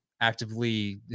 actively